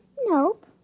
Nope